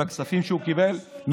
על הכספים שהוא קיבל,